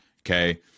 Okay